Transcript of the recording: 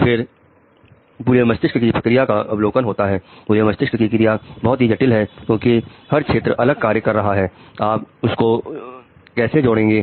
फिर पूरे मस्तिष्क की क्रिया का अवलोकन होता है पूरे मस्तिष्क की क्रिया बहुत ही जटिल है क्योंकि हर क्षेत्र अलग कार्य कर रहा है आप उसको कैसे जुड़ेंगे